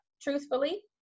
truthfully